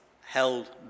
held